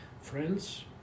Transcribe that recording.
friends